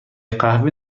قهوه